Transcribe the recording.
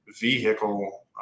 vehicle